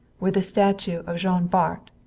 where the statue of jean bart,